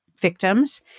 victims